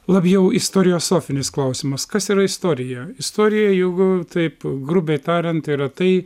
labiau istoriosofinis klausimas kas yra istorija istorija jeigu taip grubiai tariant yra tai